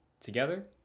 together